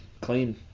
clean